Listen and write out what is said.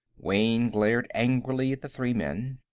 wayne glared angrily at the three men.